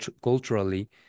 culturally